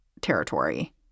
territory